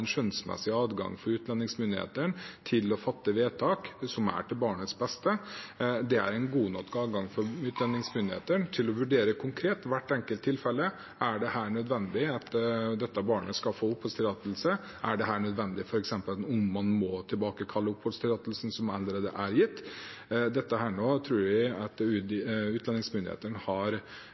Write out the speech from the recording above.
skjønnsmessig adgang for utlendingsmyndighetene til å fatte vedtak som er til barnets beste, er en god nok adgang for at utlendingsmyndighetene kan vurdere konkret hvert enkelt tilfelle: Er det nødvendig at dette barnet får oppholdstillatelse? Er det f.eks. nødvendig at man tilbakekaller oppholdstillatelsen som allerede er gitt? Dette tror jeg